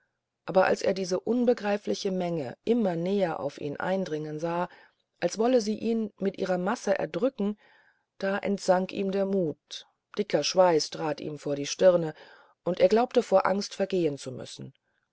aber als er diese unbegreifliche menge immer näher auf ihn eindringen sah als wolle sie ihn mit ihrer masse erdrücken da entsank ihm der mut dicker schweiß trat ihm vor die stirne und er glaubte vor angst vergehen zu müssen